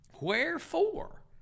Wherefore